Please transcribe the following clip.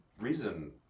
reason